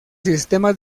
sistemas